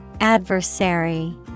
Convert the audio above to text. Adversary